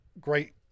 Great